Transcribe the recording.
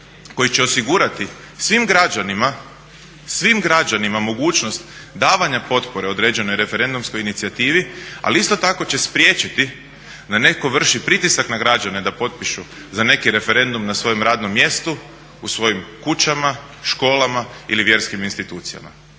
koji će osigurati svim građanima mogućnost davanja potpore određenoj referendumskoj inicijativi ali isto tako će spriječiti da netko vrši pritisak na građane da potpišu za neki referendum na svom radnom mjestu, u svojim kućama, školama ili vjerskim institucijama.